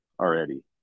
already